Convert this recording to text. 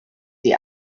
the